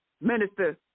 Minister